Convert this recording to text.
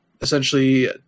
essentially